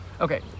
Okay